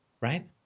right